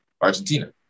Argentina